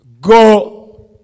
go